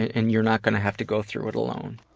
and you're not gonna have to go through it alone.